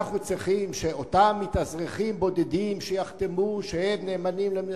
אנחנו צריכים שאותם מתאזרחים בודדים יחתמו שהם נאמנים למדינה?